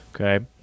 Okay